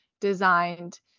designed